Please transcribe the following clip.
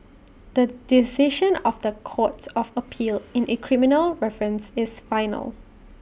the decision of the courts of appeal in A criminal reference is final